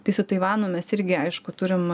tai su taivan mes irgi aišku turim